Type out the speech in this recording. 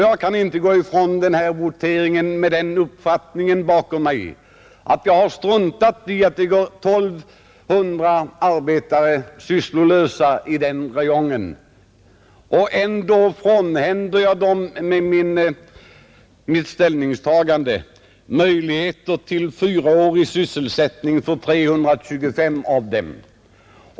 Jag kan inte gå ifrån denna votering med vetskapen att jag har struntat i att 1 200 arbetare är sysslolösa i denna räjong och att jag genom mitt ställningstagande frånhänt 325 av dem möjligheten till en fyraårig sysselsättning.